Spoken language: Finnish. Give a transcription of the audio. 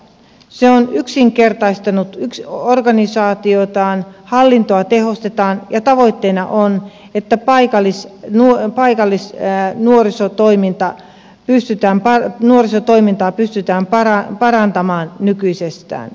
se on yksinkertaistanut organisaatiotaan hallintoa tehostetaan ja tavoitteena on että paikallis paikallis jää nuorisotoiminta ja kysytään paljon paikallisnuorisotoimintaa pystytään parantamaan nykyisestään